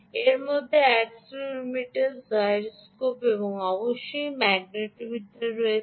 এর মধ্যে accelerometer gyroscope এবং অবশ্যই ম্যাগনেটোমিটার রয়েছে